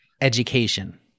education